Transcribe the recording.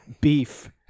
Beef